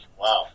Wow